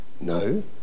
No